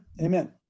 Amen